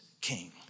King